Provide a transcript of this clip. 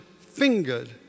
fingered